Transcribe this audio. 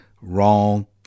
wrong